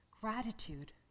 gratitude